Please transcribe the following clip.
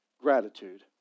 gratitude